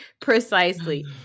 precisely